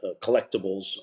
collectibles